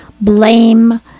blame